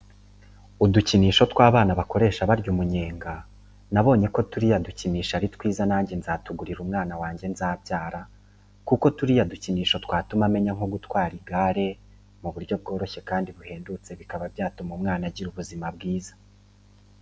Udukinisho tw'anaba bakoresha barya umunyenga, nabonye ko turiya dukinisho ari twiza nanjye nzatugurira umwana wanjye nzabyara, kuko turiya dukinsho twatuma amenya nko gutwara igare mu buryo bworoshye kandi buhendutse bikaba byatuma umwana agira ubuzima bwiza.